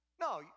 No